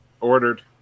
Ordered